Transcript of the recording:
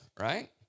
right